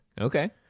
Okay